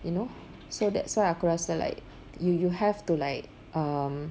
you know so that's why aku rasa like you you have to like um